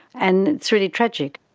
and it's really tragic.